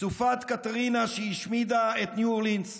סופת קתרינה, שהשמידה את ניו אורלינס.